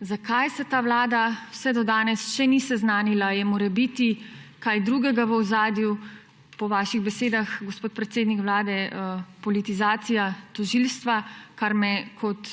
zakaj se ta vlada vse do danes o tem še ni seznanila. Je morebiti kaj drugega v ozadju − po vaših besedah, gospod predsednik Vlade, politizacija tožilstva? Kar pa me kot